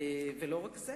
ולא רק זה,